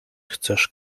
chcesz